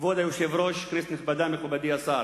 כבוד היושב-ראש, כנסת נכבדה, מכובדי השר,